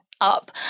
up